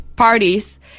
Parties